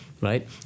right